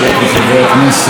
חברות וחברי הכנסת,